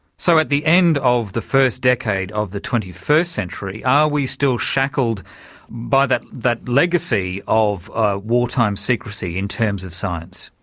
so at the end of the first decade of the twenty first century, are we still shackled by that that legacy of ah wartime secrecy in terms of science?